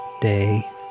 day